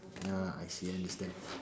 ya I see understand